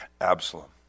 Absalom